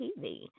TV